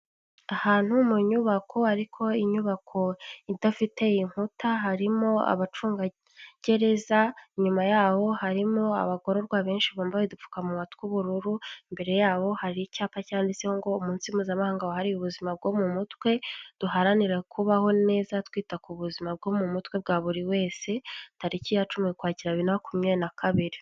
Ahantu mu nyubako ariko inyubako idafite inkuta, harimo abacungagereza inyuma yaho harimo abagororwa benshi bambaye udupfukamunwa tw'ubururu, imbere yabo hari icyapa cyanditseho ngo "umunsi mpuzamahanga wahariwe ubuzima bwo mu mutwe, duharanire kubaho neza twita ku buzima bwo mu mutwe bwa buri wese" tariki ya cumi ukwakira, bibiri na makumyabiri na kabiri.